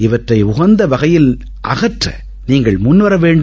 இவற்றை உகந்த வகையில் அதற்ற நீங்கள் முன் வர வேண்டும்